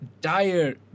dire